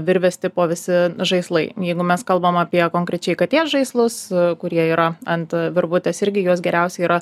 virvės tipo visi žaislai jeigu mes kalbam apie konkrečiai katės žaislus kurie yra ant virvutės irgi juos geriausia yra